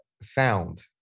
sound